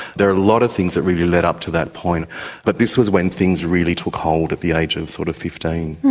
there are a lot of things that really led up to that point but this was when things really took hold at the age of sort of fifteen.